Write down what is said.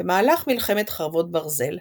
במהלך מלחמת חרבות ברזל,